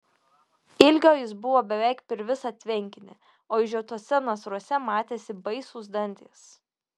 ilgio jis buvo beveik per visą tvenkinį o išžiotuose nasruose matėsi baisūs dantys